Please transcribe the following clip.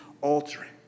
altering